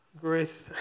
Grace